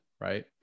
right